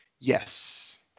Yes